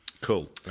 Cool